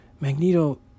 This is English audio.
Magneto